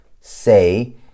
say